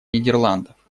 нидерландов